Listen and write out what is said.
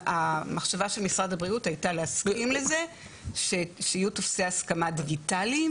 המחשבה של משרד הבריאות הייתה להסכים לזה שיהיו טופסי הסכמה דיגיטליים.